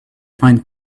find